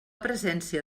presència